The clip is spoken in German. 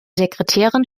sekretärin